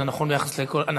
אנחנו,